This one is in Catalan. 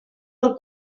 del